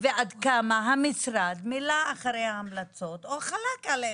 ועד כמה המשרד מילא אחר ההמלצות או חלק עליכם.